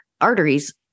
arteries